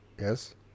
Yes